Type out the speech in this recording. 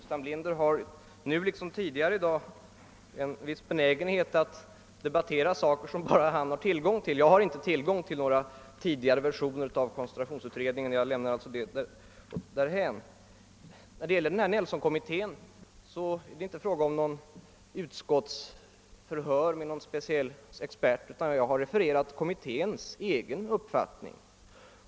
Herr talman! Herr Burenstam Linder har nu liksom tidigare i dag en benägenhet att debattera material som bara han har tillgång till. Jag har inte tillgång till några tidigare versioner av koncentrationsutredningens betänkande, och jag lämnar den saken därhän. När det gäller Nelsonkommittén är det inte fråga om något utskottsförhör med experter, utan vad jag har refererat, det är kommitténs egen uppfattning.